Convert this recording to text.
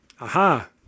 Aha